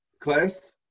class